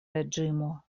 reĝimo